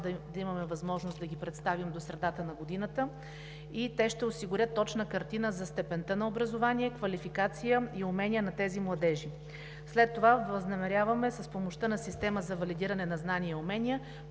да имаме възможност да представим обобщените данни. Те ще осигурят точна картина за степента на образование, квалификация и умения на тези младежи. След това възнамеряваме с помощта на система за валидиране на знания и умения